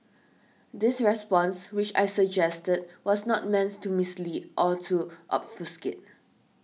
this response which I suggested was not means to mislead or to obfuscate